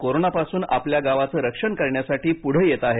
कोरोनापासून आपल्या गावाचं रक्षण करण्यासाठी पुढे येत आहेत